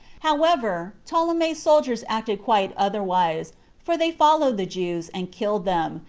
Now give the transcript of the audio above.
however, ptolemy's soldiers acted quite otherwise for they followed the jews, and killed them,